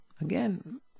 again